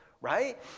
right